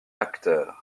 acteurs